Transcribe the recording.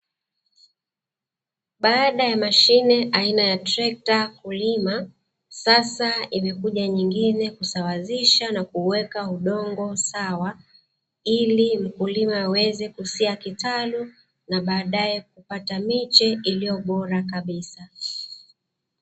Baada ya mashine aina ya trekta kulima, sasa imekuja nyingine kusawazisha na kuweka udongo sawa ili mkulima aweze kusia kitalu na baadaye kupata miche iliyo bora kabisa.